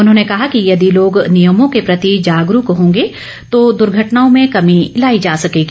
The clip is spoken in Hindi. उन्होंने कहा कि यदि लोग नियमों के प्रति जागरूक होंगे तो दुर्घटनाओं में कमी लाई जा सकेगी